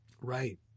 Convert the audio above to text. Right